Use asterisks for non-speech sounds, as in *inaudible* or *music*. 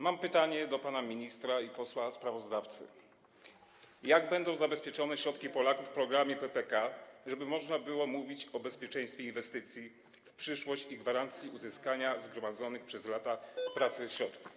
Mam pytanie do pana ministra i posła sprawozdawcy: Jak będą zabezpieczone środki Polaków w ramach programu PPK, żeby można było mówić o bezpieczeństwie inwestycji w przyszłości i gwarancji uzyskania zgromadzonych przez lata pracy *noise* środków?